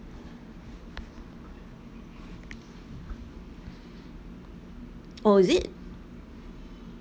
oh is it